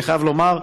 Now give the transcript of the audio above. אני חייב לומר,